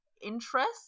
interest